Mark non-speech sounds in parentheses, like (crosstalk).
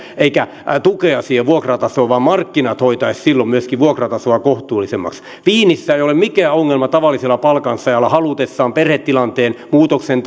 eikä tukea siihen vuokratasoon vaan markkinat hoitaisivat silloin myöskin vuokratasoa kohtuullisemmaksi wienissä ei ole mikään ongelma tavalliselle palkansaajalle halutessaan perhetilanteen muutoksen (unintelligible)